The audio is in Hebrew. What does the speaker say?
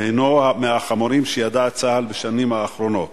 שהינו מהחמורים שידע צה"ל בשנים האחרונות.